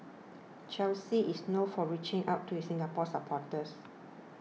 Chelsea is known for reaching out to its Singapore supporters